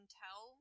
tell